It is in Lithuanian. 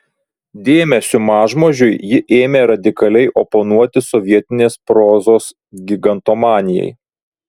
dėmesiu mažmožiui ji ėmė radikaliai oponuoti sovietinės prozos gigantomanijai